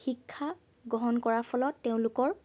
শিক্ষা গ্ৰহণ কৰাৰ ফলত তেওঁলোকৰ